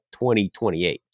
2028